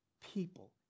people